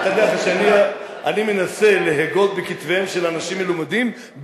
אני מנסה להגות בכתביהם של אנשים מלומדים,